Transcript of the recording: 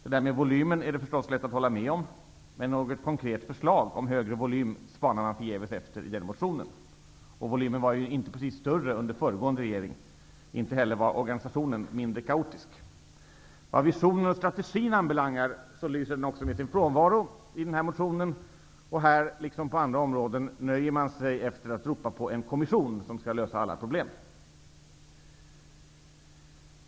Detta med volymen är det förstås lätt att hålla med om, men något konkret förslag om högre volym spanar man förgäves efter i motionen. Volymen var ju inte precis större under föregående regering, och inte var organisationen mindre kaotisk. Vad visionen och strategin anbelangar lyser den också med sin frånvaro i den här motionen. Här, liksom på andra områden, nöjer man sig med att ropa på en kommission som skall lösa alla problem.